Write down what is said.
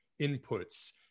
inputs